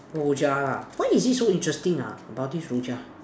Rojak ah why is it so interesting ah about this Rojak